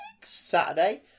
Saturday